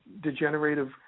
degenerative